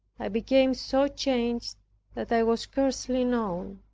i became so changed that i was scarcely known.